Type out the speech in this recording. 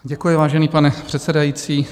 Děkuji, vážený pane předsedající.